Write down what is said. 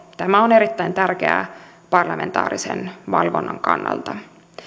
tämä on erittäin tärkeää parlamentaarisen valvonnan kannalta